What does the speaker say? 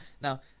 Now